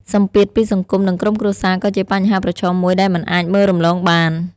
សម្ពាធពីសង្គមនិងក្រុមគ្រួសារក៏ជាបញ្ហាប្រឈមមួយដែលមិនអាចមើលរំលងបាន។